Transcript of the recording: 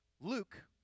Luke